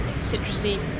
citrusy